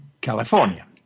California